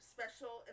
Special